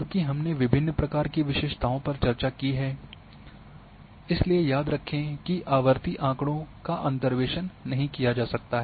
चूंकि हमने विभिन्न प्रकार की विशेषताओं पर चर्चा की है इसलिए याद रखें कि आवर्ती आँकड़ों का अंतर्वेसन नहीं किया जा सकता है